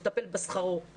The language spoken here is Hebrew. לטפל בשכרו,